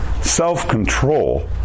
self-control